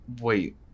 Wait